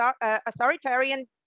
authoritarian